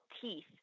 teeth